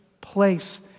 place